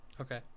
Okay